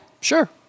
sure